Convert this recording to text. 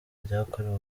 ryakorewe